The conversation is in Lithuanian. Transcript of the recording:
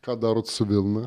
ką darote su vilna